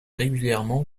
régulièrement